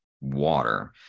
water